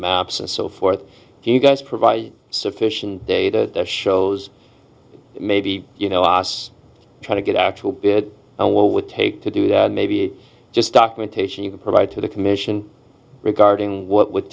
maps and so forth do you guys provide sufficient data shows maybe you know us trying to get actual bid and what would take to do that maybe just documentation you could provide to the commission regarding w